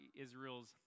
Israel's